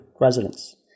residents